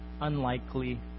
unlikely